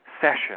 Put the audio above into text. session